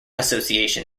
association